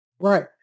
right